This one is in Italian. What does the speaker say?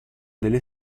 delle